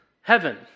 Heaven